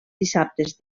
dissabtes